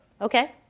Okay